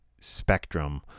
spectrum